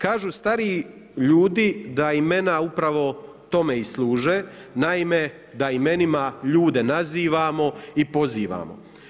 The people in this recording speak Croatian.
Kažu stariji ljudi da imena upravo tome i služe, naime da imenima ljude nazivamo i pozivamo.